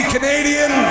Canadian